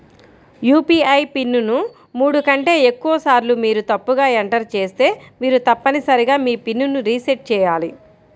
UPI pin ను మూడు కంటే ఎక్కువసార్లు మీరు తప్పుగా ఎంటర్ చేస్తే మీరు తప్పనిసరిగా మీ పిన్ ను రీసెట్ చేయాలి